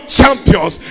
champions